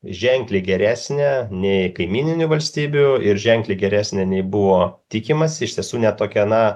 ženkliai geresnė nei kaimyninių valstybių ir ženkliai geresnė nei buvo tikimasi iš tiesų ne tokia na